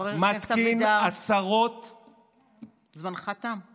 חבר הכנסת אבידר, זמנך תם.